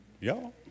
y'all